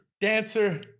dancer